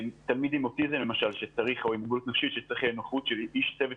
או למשל תלמיד עם אוטיזם שצריך נוכחות של איש צוות